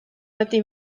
wedi